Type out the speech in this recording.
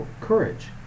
Courage